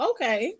Okay